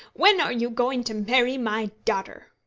when are you going to marry my daughter?